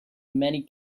many